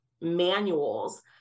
manuals